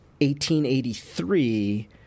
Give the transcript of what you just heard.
1883